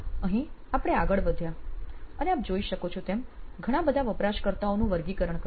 અહીં આપણે આગળ વધ્યા અને આપ જોઈ શકો છો તેમ ઘણા બધા વપરાશકર્તાઓનું વર્ગીકરણ કર્યું